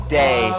day